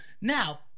now